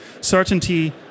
certainty